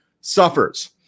suffers